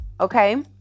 okay